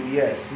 yes